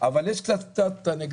אני לא